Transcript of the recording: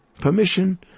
permission